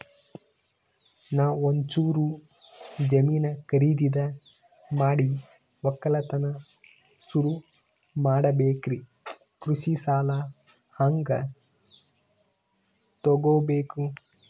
ನಾ ಒಂಚೂರು ಜಮೀನ ಖರೀದಿದ ಮಾಡಿ ಒಕ್ಕಲತನ ಸುರು ಮಾಡ ಬೇಕ್ರಿ, ಕೃಷಿ ಸಾಲ ಹಂಗ ತೊಗೊಬೇಕು?